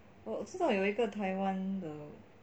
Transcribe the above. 我知道有一个台湾的